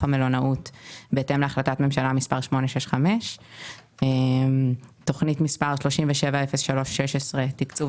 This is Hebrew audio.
המלונאות בהתאם להחלטת ממשלה מס' 865. תכנית מס' 370316 - תקצוב